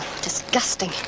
disgusting